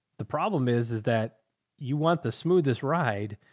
the problem is, is that you want the smoothest ride,